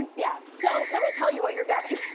yeah so let me tell you what you're getting.